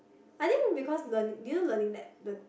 I think because learning do you know Learning Lab the